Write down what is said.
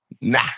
Nah